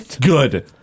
Good